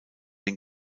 den